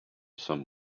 some